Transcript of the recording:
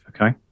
Okay